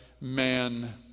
man